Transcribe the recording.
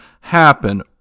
happen